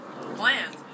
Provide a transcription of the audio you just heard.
plans